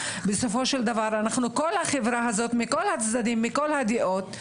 אנחנו כל החברה הזאת, מכל הצדדים ומכל הדעות.